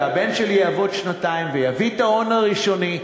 והבן יעבוד שנתיים ויביא את ההון הראשוני,